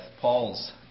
Paul's